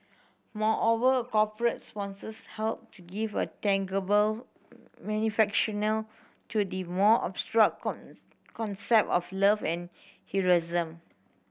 moreover corporate sponsors help give a tangible to the more abstract concept of love and heroism